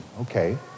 okay